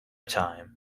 time